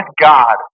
God